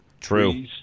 True